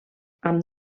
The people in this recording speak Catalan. amb